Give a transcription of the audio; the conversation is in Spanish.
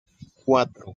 cuatro